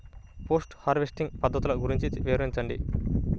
Post harvesting పద్ధతులు గురించి వివరించండి?